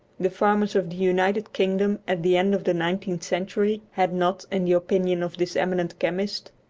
the farmers of the united kingdom at the end of the nineteenth century had not, in the opinion of this eminent chemist,